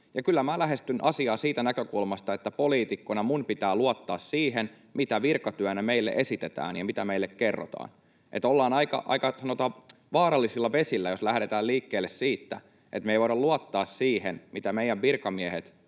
Kyllä minä lähestyn asiaa siitä näkökulmasta, että poliitikkona minun pitää luottaa siihen, mitä virkatyönä meille esitetään ja mitä meille kerrotaan. Ollaan aika, sanotaan, vaarallisilla vesillä, jos lähdetään liikkeelle siitä, että me ei voida luottaa siihen, mitä meidän virkamiehet,